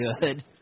good